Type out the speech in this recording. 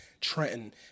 Trenton